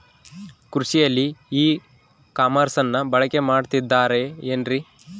ಕೃಷಿಯಲ್ಲಿ ಇ ಕಾಮರ್ಸನ್ನ ಬಳಕೆ ಮಾಡುತ್ತಿದ್ದಾರೆ ಏನ್ರಿ?